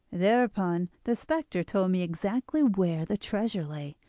thereupon the spectre told me exactly where the treasure lay,